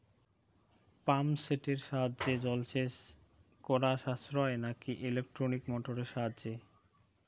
Pump সেটের সাহায্যে জলসেচ করা সাশ্রয় নাকি ইলেকট্রনিক মোটরের সাহায্যে?